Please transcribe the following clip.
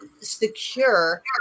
secure